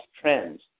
trends